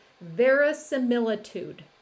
verisimilitude